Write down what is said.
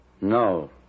No